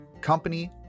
company